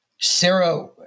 Sarah